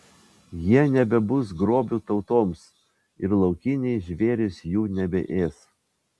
jie nebebus grobiu tautoms ir laukiniai žvėrys jų nebeės